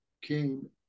came